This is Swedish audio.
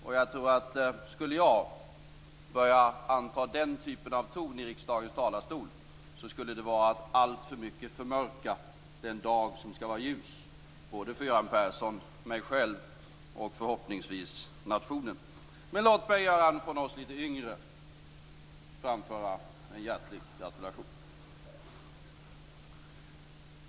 Och jag tror att om jag skulle börja anta den typen av ton i riksdagens talarstol skulle det vara att alltför mycket förmörka den dag som skall vara ljus för Göran Persson, mig själv och förhoppningsvis nationen. Men låt mig framföra en hjärtlig gratulation.